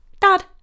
Dad